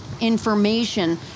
information